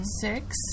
six